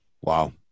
wow